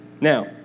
Now